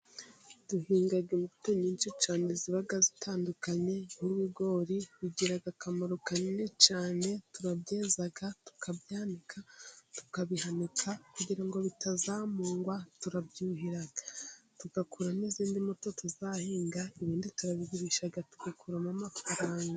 Duhinga imbuto nyinshi cyane zibaga zitandukanye, nk'ibigori bigira akamaro kanini cyane, turabyeza, tukabyanika, tukabihanika, kugira ngo bitazamugwa turabyuhira, tugakuramo izindi mbuto tuzahinga, ibindi turabigurisha, tugakuramo amafaranga.